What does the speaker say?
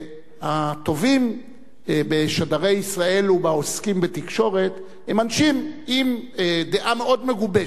שהטובים בשדרי ישראל ובעוסקים בתקשורת הם אנשים עם דעה מאוד מגובשת.